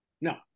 No